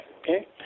okay